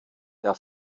der